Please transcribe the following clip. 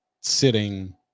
sitting